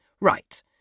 Right